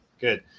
good